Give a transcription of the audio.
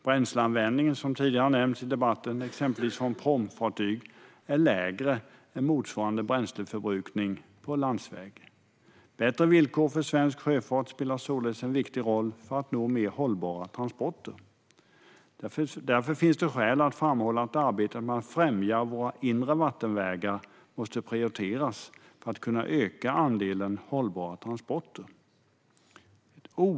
Bränsleanvändningen, som tidigare nämnts i debatten, är exempelvis lägre för pråmfartyg än för motsvarande transport på landsväg. Bättre villkor för svensk sjöfart spelar således en viktig roll för att nå mer hållbara transporter. Därför finns det skäl att framhålla att arbetet med att främja våra inre vattenvägar måste prioriteras för att kunna öka andelen hållbara transporter.